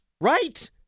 Right